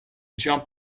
jump